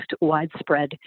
widespread